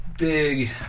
big